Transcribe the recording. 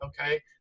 Okay